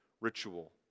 ritual